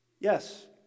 Yes